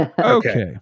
Okay